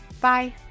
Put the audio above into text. Bye